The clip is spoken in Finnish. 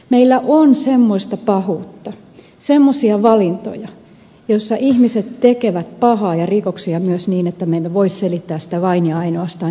meillä on semmoista pahuutta semmoisia valintoja joissa ihmiset tekevät pahaa ja rikoksia myös niin että me emme voi selittää sitä vain ja ainoastaan epäonnistuneella sosiaalipolitiikalla